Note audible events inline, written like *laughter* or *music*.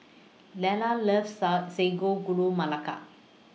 Lera loves *unintelligible* Sago Gula Melaka